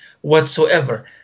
whatsoever